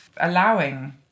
allowing